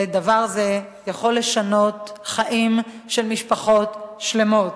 דבר זה יכול לשנות חיים של משפחות שלמות.